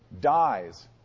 dies